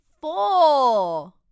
Four